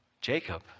Jacob